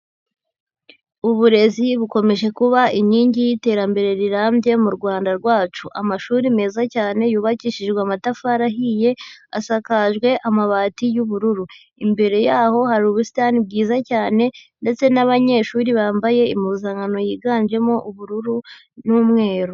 Uburezi bukomeje kuba inkingi y'iterambere rirambye mu Rwanda rwacu, amashuri meza cyane yubakishijwe amatafari ahiye, asakajwe amabati y'ubururu, imbere y'aho hari ubusitani bwiza cyane ndetse n'abanyeshuri bambaye impuzankano yiganjemo ubururu n'umweru.